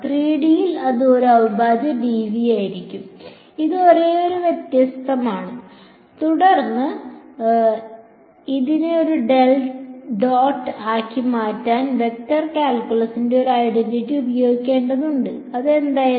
3D യിൽ ഇത് ഒരു അവിഭാജ്യ ഡിവി ആയിരിക്കും അത് ഒരേയൊരു വ്യത്യാസമാണ് തുടർന്ന് ഇതിനെ ഒരു ഡെൽ ഡോട്ട് ആക്കി മാറ്റാൻ വെക്റ്റർ കാൽക്കുലസിന്റെ ഒരു ഐഡന്റിറ്റി ഉപയോഗിക്കേണ്ടതുണ്ട് അത് എന്തായിരുന്നു